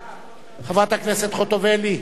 חוטובלי,